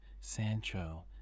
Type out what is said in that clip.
Sancho